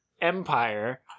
empire